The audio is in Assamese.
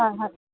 হয় হয়